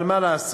אבל מה לעשות,